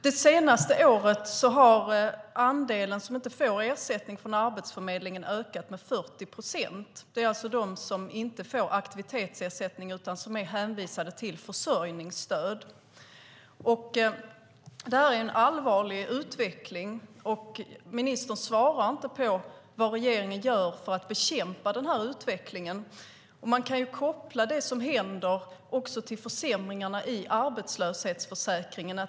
Det senaste året har andelen som inte får ersättning från Arbetsförmedlingen ökat med 40 procent. Det är alltså de som inte får aktivitetsersättning utan som är hänvisade till försörjningsstöd. Det här är en allvarlig utveckling, och ministern svarar inte på frågan vad regeringen gör för att bekämpa den utvecklingen. Man kan koppla det som händer också till försämringarna i arbetslöshetsförsäkringen.